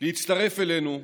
להצטרף אלינו,